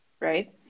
right